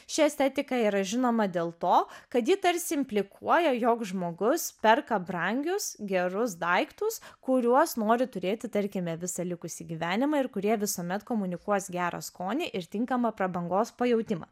ši estetika yra žinoma dėl to kad ji tarsi implikuoja jog žmogus perka brangius gerus daiktus kuriuos nori turėti tarkime visą likusį gyvenimą ir kurie visuomet komunikuos gerą skonį ir tinkamą prabangos pajautimą